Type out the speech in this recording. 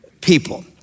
people